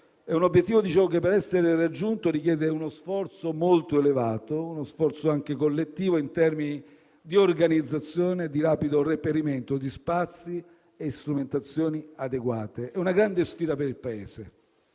obiettivo che, per essere raggiunto, richiede uno sforzo molto elevato, uno sforzo anche collettivo in termini di organizzazione, di rapido reperimento di spazi e strumentazioni adeguate. È una grande sfida per il Paese.